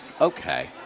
okay